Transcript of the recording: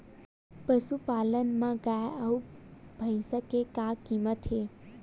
पशुपालन मा गाय अउ भंइसा के का कीमत हे?